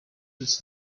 its